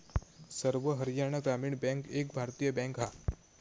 सर्व हरयाणा ग्रामीण बॅन्क एक भारतीय बॅन्क हा